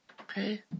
Okay